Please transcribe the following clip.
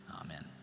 Amen